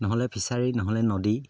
নহ'লে ফিচাৰী নহ'লে নদী